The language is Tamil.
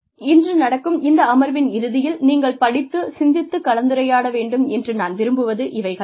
இன்று நடக்கும் இந்த அமர்வின் இறுதியில் நீங்கள் படித்துச் சிந்தித்துக் கலந்துரையாட வேண்டும் என்று நான் விரும்புவது இவைகள் தான்